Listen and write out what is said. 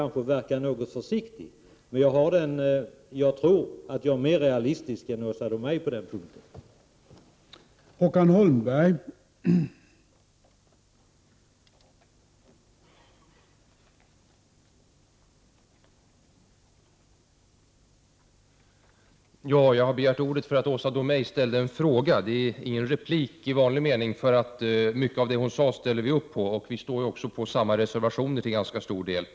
1988/89:44 kanske verkar något försiktig, men jag tror att jag är mer realistisk än Åsa 13 december 1988